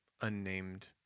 unnamed